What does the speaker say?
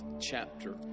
chapter